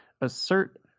assert